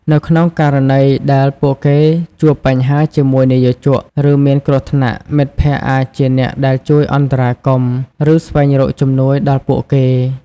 នៅក្នុងករណីដែលពួកគេជួបបញ្ហាជាមួយនិយោជក ឬមានគ្រោះថ្នាក់ មិត្តភក្តិអាចជាអ្នកដែលជួយអន្តរាគមន៍ ឬស្វែងរកជំនួយដល់ពួកគេ ។